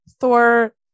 Thor